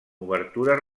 obertures